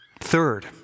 Third